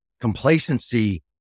complacency